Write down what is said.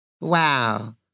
Wow